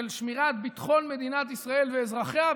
של שמירה על ביטחון מדינת ישראל ואזרחיה,